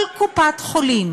כל קופת-חולים